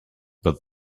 but